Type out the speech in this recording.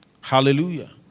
Hallelujah